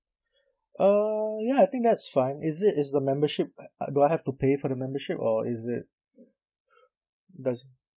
uh ya I think that is fine is it is the membership do I have to pay for the membership or is it does